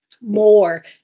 more